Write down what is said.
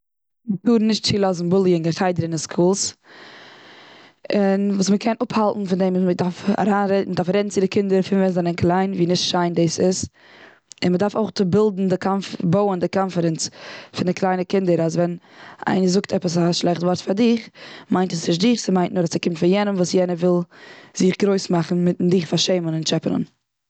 מ'טאר נישט צולאזן בוליאינג און חדר און, און סקולס. און וואס מ'קען אפהאלטן פון דעם מ'דארף מ'דארף רעדן צו די קינדער פון ווען זיי זענען קליין ווי נישט שיין ס'איז. און מ'דארף אויך בילדן די, בויען די קאנפידענץ פון די קליינע קינדער אז ווען איינער זאגט א שלעכט ווארט פאר דיך מיינט עס נישט דיך ס'מיינט נאר ס'קומט פון יענעם וואס יענער וויל זיך גרויס מאכן, דורכן דיך פארשעמען.